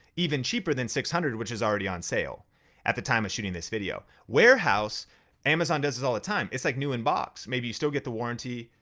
even cheaper than six hundred which is already on sale at the time of shooting this video. warehouse amazon does this all the time. it's like new in box. maybe you still get the warranty,